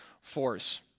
force